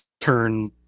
turn